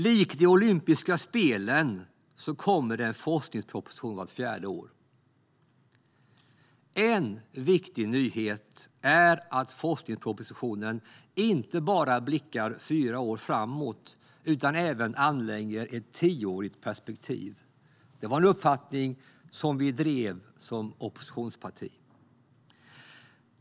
Likt de olympiska spelen kommer det en forskningsproposition vart fjärde år. En viktig nyhet är att forskningspropositionen inte bara blickar fyra år framåt utan även anlägger ett tioårigt perspektiv. Det var en uppfattning vi drev som oppositionsparti.